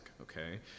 okay